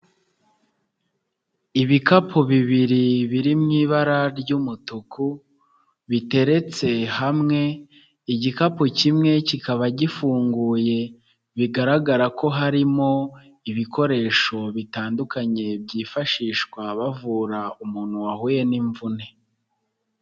Ibikapu bibiri biri mu ibara ry'umutuku, biteretse hamwe igikapu kimwe kikaba gifunguye bigaragara ko harimo ibikoresho bitandukanye byifashishwa bavura umuntu wahuye n'imvune.